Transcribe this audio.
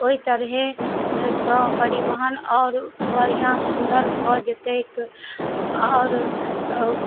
ओइ तरहेसँ परिवहन आओर बढ़िआँ सुन्दर भऽ जेतैक आओर